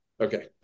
Okay